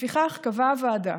לפיכך קבעה הוועדה